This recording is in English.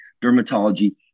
dermatology